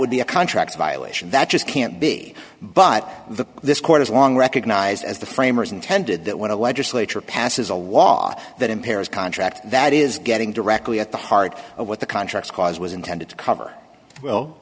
would be a contract violation that just can't be but the this court has long recognized as the framers intended that when a legislature passes a law that impairs contract that is getting directly at the heart of what the contracts cause was intended to cover we'll